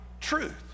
truth